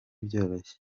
byoroshye